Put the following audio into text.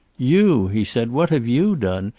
you? he said. what have you done?